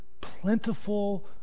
plentiful